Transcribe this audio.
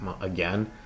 Again